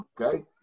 Okay